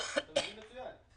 אתה מבין מצוין.